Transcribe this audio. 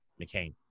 McCain